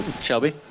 Shelby